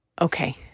okay